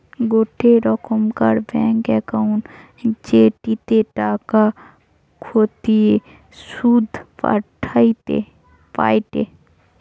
গোটে রোকমকার bank account জেটিতে টাকা খতিয়ে শুধ পায়টে